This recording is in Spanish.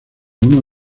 uno